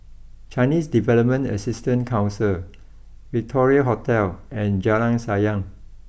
Chinese Development Assistance Council Victoria Hotel and Jalan Sayang